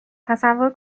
تصور